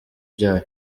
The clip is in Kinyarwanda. byayo